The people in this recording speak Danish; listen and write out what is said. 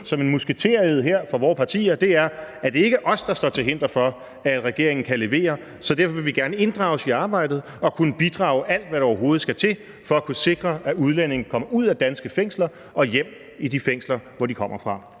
som en musketered her fra vore partier, er, at det ikke er os, der står til hinder for, at regeringen kan levere. Så derfor vil vi gerne inddrages i arbejdet og kunne bidrage med alt, hvad der overhovedet skal til, for at kunne sikre, at udlændinge kan komme ud af danske fængsler og hjem i fængsler i de lande, de kommer fra,